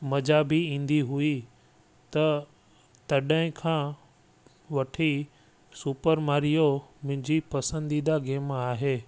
मज़ा बि ईंदी हुई त तॾहिं खां वठी सुपर मारियो मुंहिंजी पसंदीदा गेम आहे